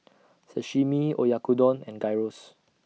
Sashimi Oyakodon and Gyros